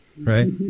right